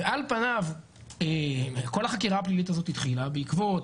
ועל פניו כל החקירה הפלילית הזאת התחילה בעקבות